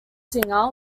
singer